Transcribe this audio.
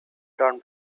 down